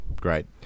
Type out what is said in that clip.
Great